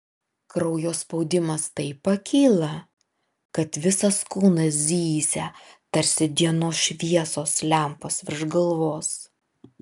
kraujo spaudimas taip pakyla kad visas kūnas zyzia tarsi dienos šviesos lempos virš galvos